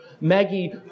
Maggie